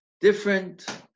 different